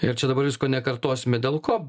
ir čia dabar visko nekartosime dėl ko